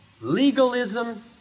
legalism